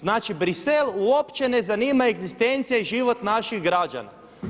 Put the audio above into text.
Znači Bruxelles uopće ne zanima egzistencija i život naših građana.